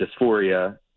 dysphoria